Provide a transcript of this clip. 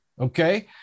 okay